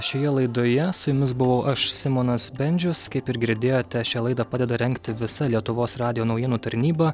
šioje laidoje su jumis buvau aš simonas bendžius kaip ir girdėjote šią laidą padeda rengti visa lietuvos radijo naujienų tarnyba